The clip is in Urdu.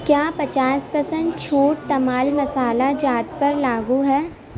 کیا پچاس پر سنٹ چھوٹ تمال مصالحہ جات پر لاگو ہے